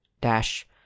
dash